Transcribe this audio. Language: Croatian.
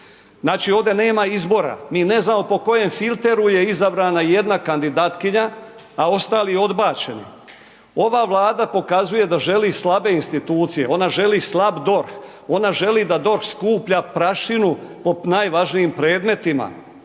Znači ovdje nema izbora, mi ne znamo po kojem filteru je izabrana jedna kandidatkinja, a ostali odbačeni. Ova Vlada pokazuje da želi slabe institucije, ona želi slab DORH, ona želi da DORH skuplja prašinu po najvažnijim predmetima.